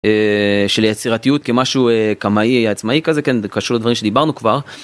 של יצירתיות כמשהו קמאי עצמאי כזה, כן, זה קשור לדברים שדיברנו כבר.